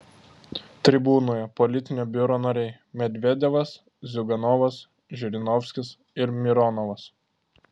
tribūnoje politinio biuro nariai medvedevas ziuganovas žirinovskis ir mironovas